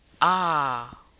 Ah